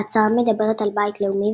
ההצהרה מדברת על "בית לאומי",